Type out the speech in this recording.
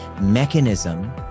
mechanism